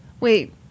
Wait